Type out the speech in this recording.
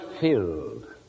filled